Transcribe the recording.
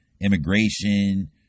immigration